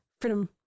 freedom